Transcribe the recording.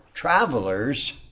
travelers